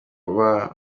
baba